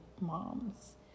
moms